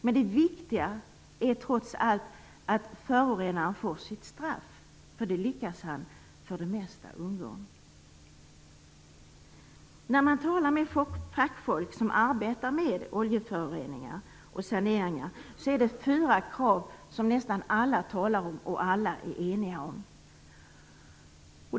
Men det viktiga är trots allt att förorenaren får sitt straff, för det lyckas denne för det mesta att undgå. När man talar med fackfolk, som arbetar med oljeföroreningar och saneringar, är det fyra krav som nästan alla talar om och är eniga om.